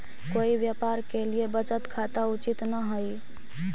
कोई व्यापारी के लिए बचत खाता उचित न हइ